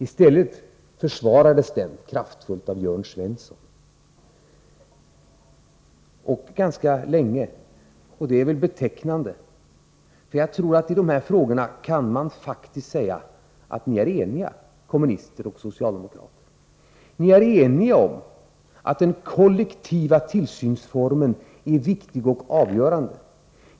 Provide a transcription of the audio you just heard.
I stället försvarades denna kraftfullt och ganska länge av Jörn Svensson. Det är väl betecknande, för jag tror att man kan säga att kommunister och socialdemokrater i dessa frågor faktiskt är eniga. Ni är eniga om att den kollektiva tillsynsformen är viktig och avgörande.